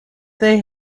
they